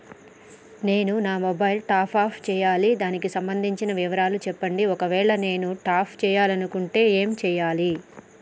నేను నా mobile top up చేయాలి దానికి సంబంధించిన వివరాలు చెప్పండి ఒకవేళ నేను టాప్ చేసుకోవాలనుకుంటే ఏం చేయాలి?